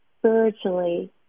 spiritually